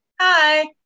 Hi